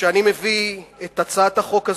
כשאני מביא את הצעת החוק הזאת,